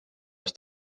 was